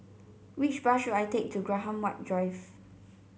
which bus should I take to Graham White Drive